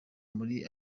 muri